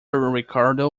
ricardo